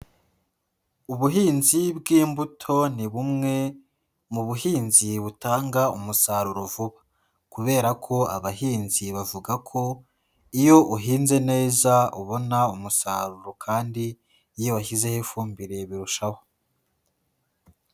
Ubuhinzi bw'imbuto ni bumwe mu buhinzi butanga umusaruro vuba, kubera ko abahinzi bavuga ko iyo uhinze neza ubona umusaruro, kandi iyo washyizeho ifumbire birushaho.